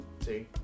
See